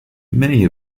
many